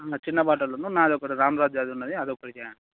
నా చిన్న బట్టలునూ నాది ఒకటి రామ్ రాజ్ అది ఉన్నది అది ఒకటి చేయండి